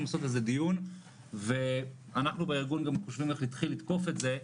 לעשות על זה דיון ואנחנו בארגון חושבים גם איך להתחיל לתקוף את זה,